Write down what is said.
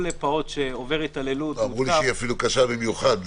כל פעוט שעובר התעללות --- אמרו לי שאפילו היא קשה במיוחד.